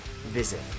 Visit